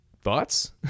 thoughts